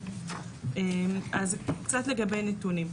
אז קצת לגבי נתונים,